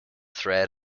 thread